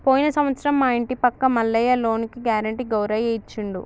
పోయిన సంవత్సరం మా ఇంటి పక్క మల్లయ్య లోనుకి గ్యారెంటీ గౌరయ్య ఇచ్చిండు